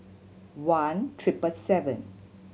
one triple seven